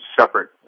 separate